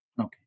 Okay